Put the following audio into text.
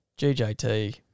GJT